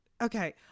Okay